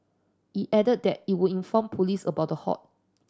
it added that it would inform police about the hoax